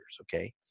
okay